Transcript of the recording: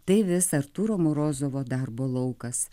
tai vis artūro morozovo darbo laukas